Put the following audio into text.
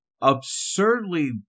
absurdly